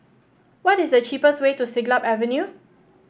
what is the cheapest way to Siglap Avenue